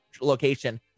location